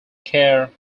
care